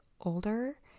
older